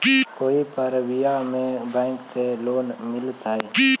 कोई परबिया में बैंक से लोन मिलतय?